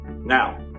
Now